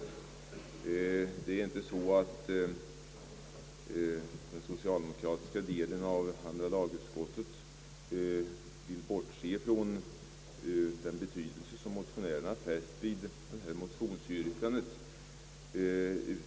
Den socialdemokratiska delen av andra lagutskottet vill inte bortse från den betydelse som motionärerna fäst vid motionsyrkandet.